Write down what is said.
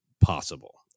possible